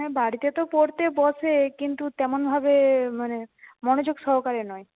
হ্যাঁ বাড়িতে তো পড়তে বসে কিন্তু তেমনভাবে মানে মনোযোগ সহকারে নয়